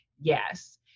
Yes